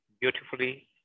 beautifully